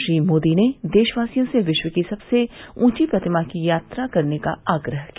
श्री मोदी ने देशवासियों से विश्व की सबसे ऊंची प्रतिमा की यात्रा करने का आग्रह किया